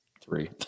three